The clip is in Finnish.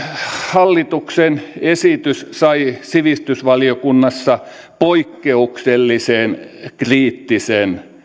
hallituksen esitys sai sivistysvaliokunnassa poikkeuksellisen kriittisen